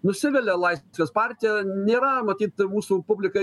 nusivilia laisvės partija nėra matyt mūsų publikai